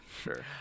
sure